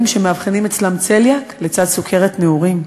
שמאבחנים אצלם צליאק לצד סוכרת נעורים,